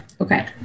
Okay